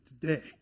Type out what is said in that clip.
today